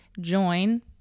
join